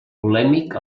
polèmic